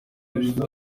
bivuga